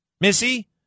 Missy